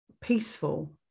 peaceful